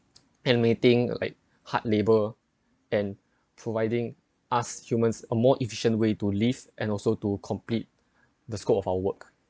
animating like hard labor and providing us humans a more efficient way to live and also to complete the scope of our work